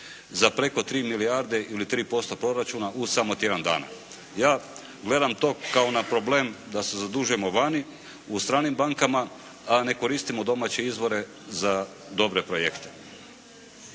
za preko 3 milijarde ili 3% proračuna u samo tjedan dana. Ja gledam to kao na problem da se zadužujemo vani u stranim bankama, ne koristimo domaće izvore za dobre projekte.